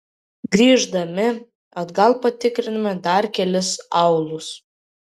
grįždami atgal patikrinome dar kelis aūlus